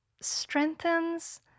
strengthens